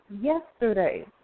yesterday